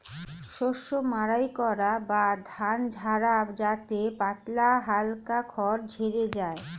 শস্য মাড়াই করা বা ধান ঝাড়া যাতে পাতলা হালকা খড় ঝড়ে যায়